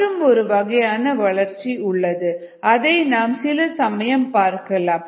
மற்றும் ஒரு வகையான வளர்ச்சி உள்ளது அதை நாம் சில சமயம் பார்க்கலாம்